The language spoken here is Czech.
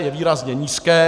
Je výrazně nízké.